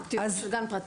לא טיולים של גן פרטי.